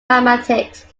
mathematics